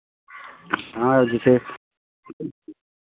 हाँ जैसे